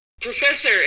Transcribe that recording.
professor